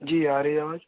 جی آ رہی ہے آواز